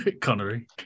Connery